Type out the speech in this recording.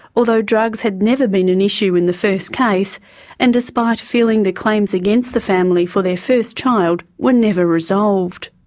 although drugs had never been an issue in the first case and despite feeling the claims against the family for their first child were never resolved.